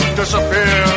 disappear